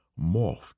morphed